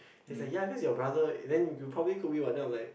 he's like ya cause your brother then you probably could be what then I'm like